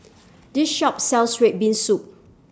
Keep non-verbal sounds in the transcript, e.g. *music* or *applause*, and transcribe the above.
*noise* This Shop sells Red Bean Soup